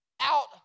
out